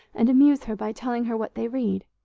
and amuse her by telling her what they read.